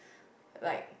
like